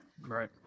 Right